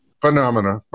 Phenomena